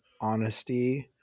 honesty